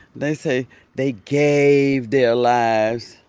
they say they gave their lives.